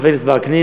חבר הכנסת וקנין,